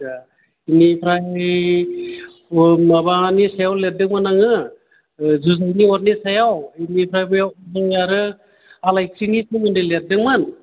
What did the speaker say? दा बेनिफ्राइ माबानि सायाव लिरदोंमोन आङो जुजाइ अरनि सायाव बेनिफ्राय बेव जोंनि आरो आलायस्रिनि सोमोन्दै लिरदोंमोन